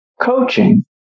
coaching